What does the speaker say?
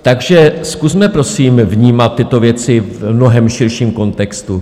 Takže zkusme prosím vnímat tyto věci v mnohem širším kontextu.